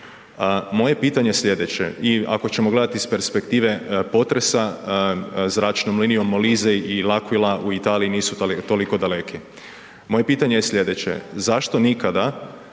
Moje pitanje je sljedeće i ako ćemo gledati iz perspektive potresa, zračnom linijom Molise i L'Aquila u Italiji nisu toliko daleki. Moje pitanje je sljedeće, zašto nikada